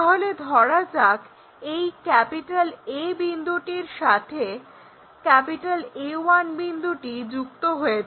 তাহলে ধরা যাক এই A বিন্দুটি সাথে A1 বিন্দুটি যুক্ত হয়েছে